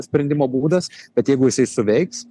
sprendimo būdas bet jeigu jisai suveiks